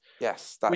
Yes